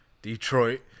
Detroit